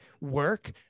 work